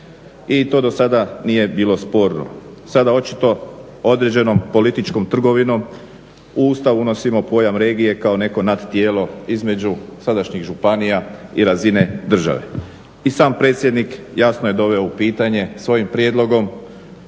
i to do sada nije bilo sporno. Sada očito određenom političkom trgovinom u Ustav unosimo pojam regije kao neko nadtijelo između sadašnjih županija i razine države. I sam predsjednik jasno je doveo u pitanje svojim prijedlogom